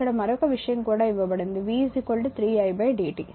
ఇక్కడ మరొక విషయం కూడా ఇవ్వబడింది v 3 di dt